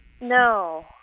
No